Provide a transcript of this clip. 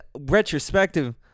retrospective